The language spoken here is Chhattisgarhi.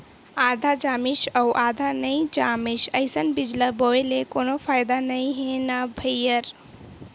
आधा जामिस अउ आधा नइ जामिस अइसन बीजा ल बोए ले कोनो फायदा नइ हे न भईर